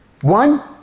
One